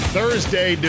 Thursday